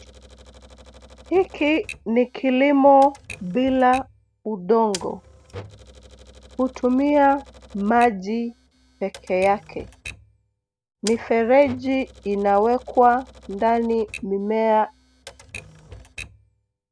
Hiki ni kilimo bila udongo. Hutumia maji pekee yake. Mifereji inawekwa ndani mimea.